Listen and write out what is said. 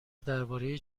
درباره